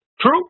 True